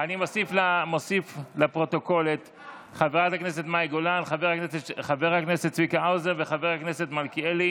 ואני מוסיף את חברת הכנסת הילה שי וזאן,